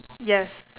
yes